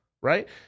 right